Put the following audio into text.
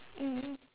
mm